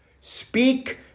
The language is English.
Speak